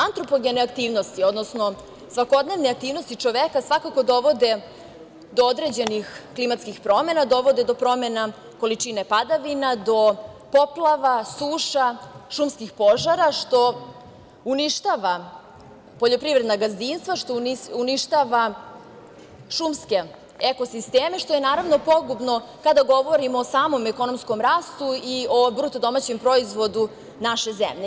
Antropogene aktivnosti, odnosno svakodnevne aktivnosti čoveka svakako dovode do određenih klimatskih promena, dovode do promena količine padavina, do poplava, suša, šumskih požara, što uništava poljoprivredna gazdinstva, što uništava šumske eko sisteme, što je, naravno, pogubno kada govorimo o samom ekonomskom rastu i o BDP-u naše zemlje.